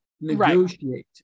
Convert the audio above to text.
negotiate